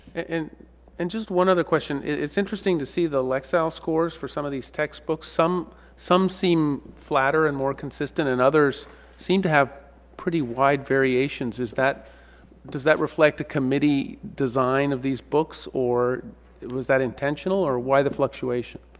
and and just one other question it's interesting to see the lexile scores for some of these textbooks. some some seem flatter and more consistent and others seem to have pretty wide variations. does that reflect a committee design of these books or it was that intentional or why the fluctuation?